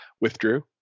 withdrew